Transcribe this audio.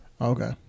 Okay